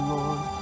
Lord